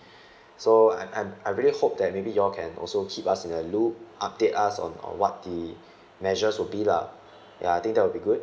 so I'm I'm I really hope that maybe you all can also keep us in the loop update us on or what the measures would be lah ya I think that would be good